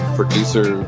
producer